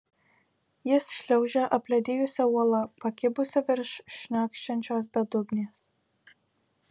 jis šliaužia apledijusia uola pakibusia virš šniokščiančios bedugnės